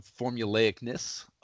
formulaicness